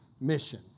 mission